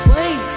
Wait